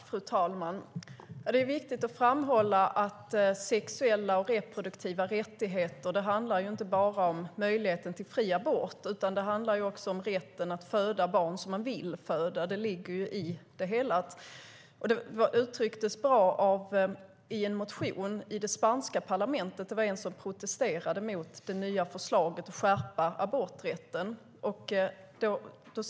Fru talman! Det är viktigt att framhålla att sexuella och reproduktiva rättigheter inte bara handlar om möjligheten till fri abort utan också om rätten att föda barn som man vill föda. Det ligger ju i det hela. Det uttrycktes bra i en motion i det spanska parlamentet. Det var en som protesterade mot det nya förslaget om att skärpa aborträtten.